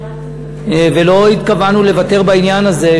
ולא התכוונו לוותר בעניין הזה,